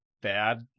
bad